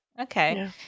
okay